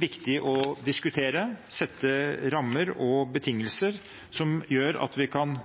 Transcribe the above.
viktig å diskutere, sette rammer og betingelser som gjør at vi kan